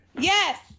Yes